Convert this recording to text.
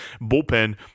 bullpen